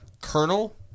colonel